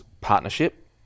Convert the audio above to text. partnership